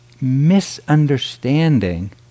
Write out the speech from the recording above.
misunderstanding